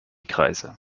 kreise